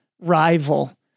rival